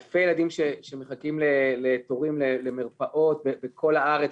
אלפי ילדים שמחכים לתורים למרפאות בכל הארץ,